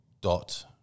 Dot